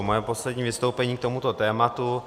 Moje poslední vystoupení k tomuto tématu.